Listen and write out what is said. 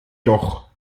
doch